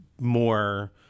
more